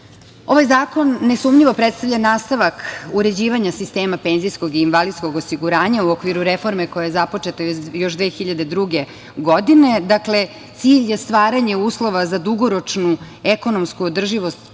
zakon nesumnjivo predstavlja nastavak uređivanja sistema PIO u okviru reforme koja je započeta još 2002. godine. Dakle, cilj je stvaranje uslova za dugoročnu ekonomsku održivost